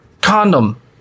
condom